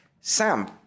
Sam